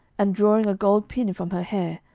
and drawing a gold pin from her hair,